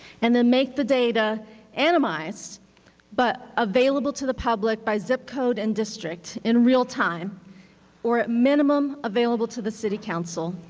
and then make the data anonymized but available to the public by zip code and district in realtime or at minimum available to the city council.